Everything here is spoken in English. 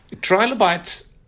trilobites